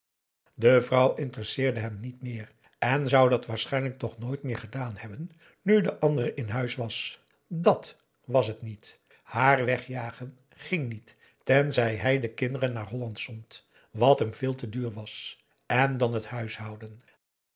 de vrouw interesseerde hem niet meer en zou dat waarschijnlijk toch nooit meer gedaan hebben nu de andere in huis was dàt was het niet haar wegjagen ging niet tenzij hij de kinderen naar holland zond wat hem veel te duur was en dan het huishouden